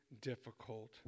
difficult